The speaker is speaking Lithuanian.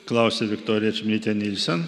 klausia viktorija čmilytė nilsen